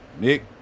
Nick